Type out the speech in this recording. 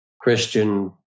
Christian